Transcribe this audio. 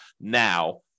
now